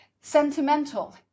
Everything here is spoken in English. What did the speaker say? sentimental